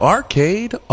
Arcade